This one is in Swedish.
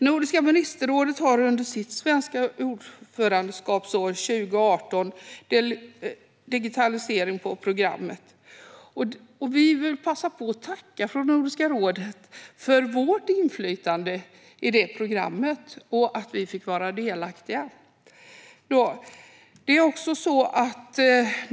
Nordiska ministerrådet har under sitt svenska ordförandeskapsår 2018 digitalisering på programmet. Vi vill passa på att tacka från Nordiska rådet för vårt inflytande i programmet och för att vi fick vara delaktiga.